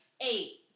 eight